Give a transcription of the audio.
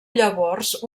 llavors